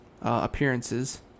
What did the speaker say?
appearances